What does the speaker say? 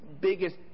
biggest